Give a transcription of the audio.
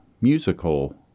musical